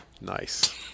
Nice